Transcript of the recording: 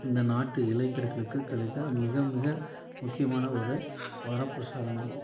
இந்த நாட்டு இளைஞர்களுக்கு கிடைத்த மிக மிக முக்கியமான ஒரு வரப்பிரசாதமாகும்